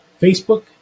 Facebook